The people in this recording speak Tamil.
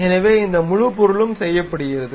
எனவே இந்த முழு பொருளும் செய்யப்படுகிறது